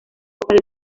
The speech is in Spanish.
copas